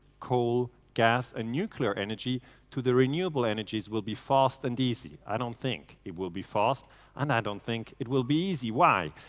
coal, gas, and ah nuclear energy to the renewable energies will be fast and easy. i don't think it will be fast and i don't think it will be easy. why?